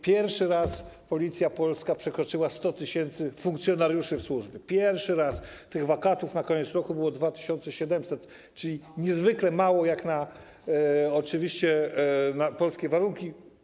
Pierwszy raz polska Policja przekroczyła 100 tys. funkcjonariuszy w służbie, pierwszy raz tych wakatów na koniec roku było 2700, czyli niezwykle mało, oczywiście jak na polskie warunki.